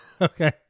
Okay